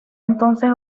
entonces